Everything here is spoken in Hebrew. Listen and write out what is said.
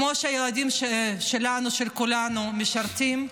כמו שהילדים של כולנו משרתים,